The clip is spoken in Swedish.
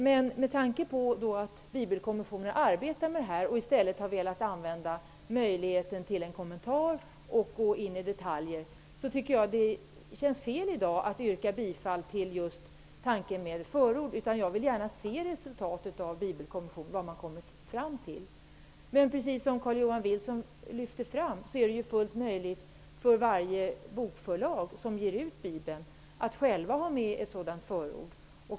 Men med tanke på att Bibelkommissionen arbetar med det här och i stället har velat använda möjligheten till en kommentar och att gå in i detaljer, tycker jag att det i dag känns fel att stödja tanken med förord. Jag vill gärna se resultatet av vad Bibelkommissionen har kommit fram till. Men precis som Carl-Johan Wilson lyfte fram: Det är fullt möjligt för varje bokförlag som ger ut Bibeln att självt ha med ett sådant förord.